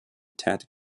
ted